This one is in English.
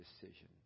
decision